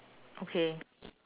okay